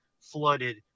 flooded